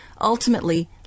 ultimately